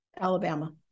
Alabama